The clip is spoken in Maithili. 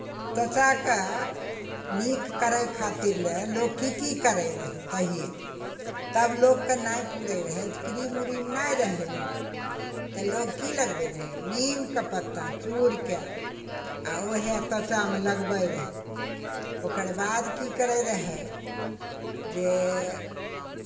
त्वचाके नीक करै खातिर लए लोक की की करैत रहय तहिए तब लोककेँ नहि पुरैत रहय तऽ क्रीम व्रीम नहि रहैत रहै तऽ लोक की लगबै रहय नीमके पत्ता चुड़ि कऽ आ वहए त्वचामे लगबै रहै ओकर बाद की करैत रहय जे